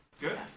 Good